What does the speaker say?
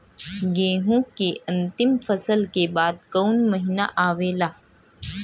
गेहूँ के अंतिम फसल के बाद कवन महीना आवेला?